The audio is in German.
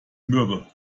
mürbe